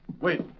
Wait